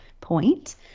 point